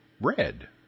red